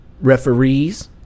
referees